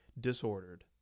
Disordered